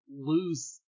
lose